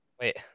Wait